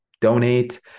donate